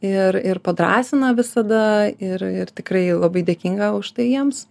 ir ir padrąsina visada ir ir tikrai labai dėkinga už tai jiems